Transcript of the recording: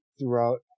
throughout